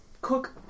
cook